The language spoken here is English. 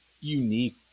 unique